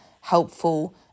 helpful